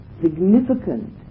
significant